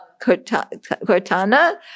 Cortana